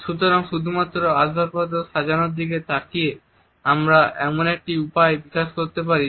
সুতরাং শুধুমাত্র আসবাবপত্র সাজানোর দিকে তাকিয়ে আমরা এমন একটি উপায় বিকাশ করতে পারি